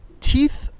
Teeth